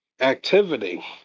Activity